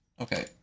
Okay